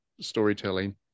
storytelling